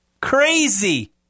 Crazy